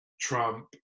Trump